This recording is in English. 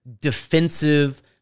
defensive